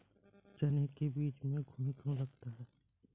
चना के बीज में घुन क्यो लगता है?